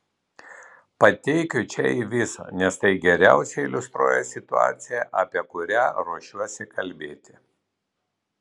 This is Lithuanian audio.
pateikiu čia jį visą nes tai geriausiai iliustruoja situaciją apie kurią ruošiuosi kalbėti